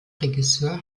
regisseur